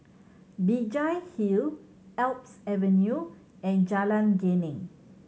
Binjai Hill Alps Avenue and Jalan Geneng